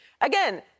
Again